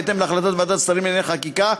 בהתאם להחלטת ועדת השרים לענייני חקיקה,